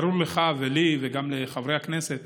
ברור לך ולי וגם לחברי הכנסת